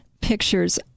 pictures